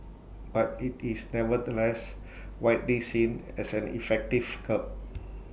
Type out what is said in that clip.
but IT is nevertheless widely seen as an effective curb